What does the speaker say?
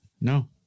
No